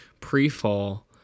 pre-fall